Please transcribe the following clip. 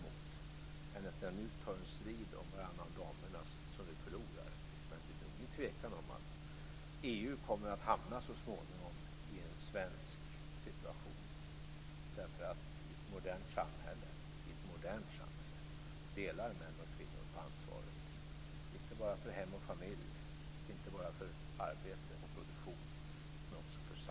Min fråga är kopplad till att jag för ett tag sedan i en tidning läste om att Indiens kvinnor driver på för att få en form av kvotering för att snabbare komma fram med jämställdheten.